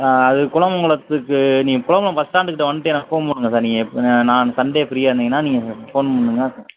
ஆ அது குலமங்களத்துக்கு நீங்கள் குலமங்களம் பஸ் ஸ்டாண்ட்டுகிட்டே வந்துட்டு எனக்கு ஃபோன் பண்ணுங்கள் சார் நீங்கள் எப்போ நான் நான் அந்த சண்டே ஃப்ரீயாக இருந்தீங்கன்னா நீங்கள் ஃபோன் பண்ணுங்கள்